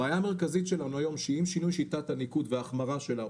הבעיה המרכזית שלנו היום שעם שינוי שיטת הניקוד וההחמרה שלה,